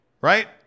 right